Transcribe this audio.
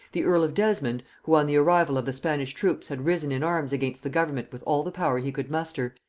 the earl of desmond, who on the arrival of the spanish troops had risen in arms against the government with all the power he could muster,